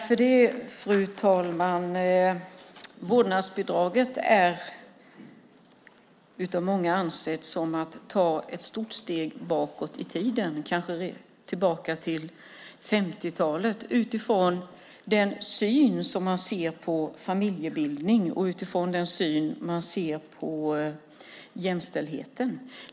Fru talman! Vårdnadsbidraget ses av många som ett stort steg bakåt i tiden, tillbaka till kanske 50-talet, med tanke på den syn man har på familjebildning och jämställdhet.